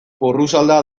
porrusalda